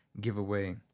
giveaway